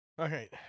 Okay